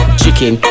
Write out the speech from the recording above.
chicken